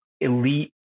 elite